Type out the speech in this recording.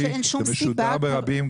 אני חושבת שאין שום סיבה --- זה משודר ברבים,